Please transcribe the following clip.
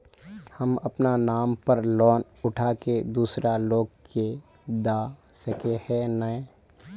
हम अपना नाम पर लोन उठा के दूसरा लोग के दा सके है ने